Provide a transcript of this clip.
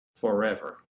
forever